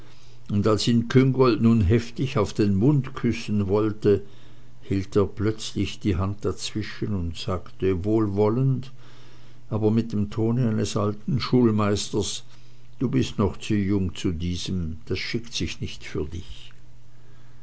und als ihn küngolt nun heftig auf den mund küssen wollte hielt er plötzlich die hand dazwischen und sagte wohlwollend aber mit dem tone eines alten schulmeisters du bist noch zu jung zu diesem das schickt sich nicht für dich